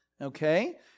okay